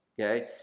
okay